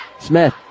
Smith